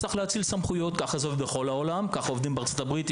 צריך להאציל סמכויות ככה זה עובד בכל העולם וככה עובדים בארצות-הברית.